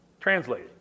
translate